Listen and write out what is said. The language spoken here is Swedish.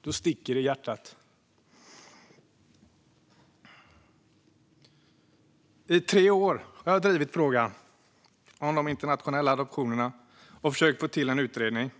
då sticker det i hjärtat. I tre år har jag drivit frågan om de internationella adoptionerna och försökt att få till en utredning.